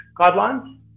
guidelines